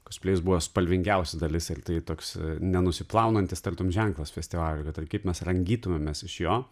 kosplėjus buvo spalvingiausia dalis ir tai toks nenusiplaunantis tartum ženklas festivalio ir kaip mes rangytumėmės iš jo